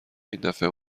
ایندفعه